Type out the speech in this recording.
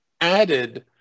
added